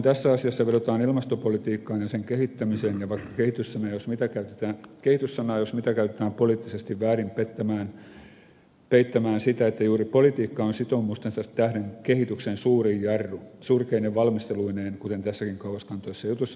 tässä asiassa vedotaan ilmastopolitiikkaan ja sen kehittämiseen ja kehitys sanaa jos mitä käytetään poliittisesti väärin peittämään sitä että juuri politiikka on sitoumustensa tähden kehityksen suurin jarru surkeine valmisteluineen kuten tässäkin kauaskantoisessa jutussa